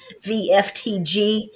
VFTG